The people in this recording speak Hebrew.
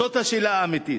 זו השאלה האמיתית.